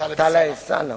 טלב אלסאנע,